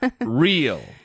real